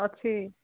ଅଛି